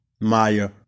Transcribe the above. Maya